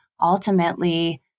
ultimately